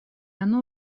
оно